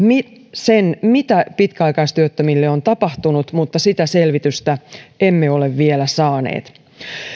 sen mitä pitkäaikaistyöttömille on tapahtunut mutta sitä selvitystä emme ole vielä saaneet